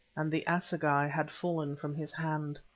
and the assegai had fallen from his hand.